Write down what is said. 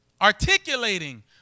Articulating